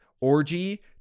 orgy